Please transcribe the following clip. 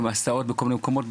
הסעות בכל מיני מקומות.